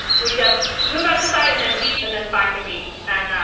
we just move out of the side and then beep and then find the beeps and.